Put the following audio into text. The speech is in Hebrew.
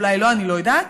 אולי לא, אני לא יודעת.